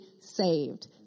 saved